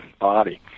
body